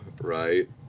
right